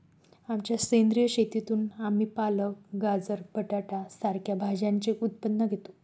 आमच्या सेंद्रिय शेतीतून आम्ही पालक, गाजर, बटाटा सारख्या भाज्यांचे उत्पन्न घेतो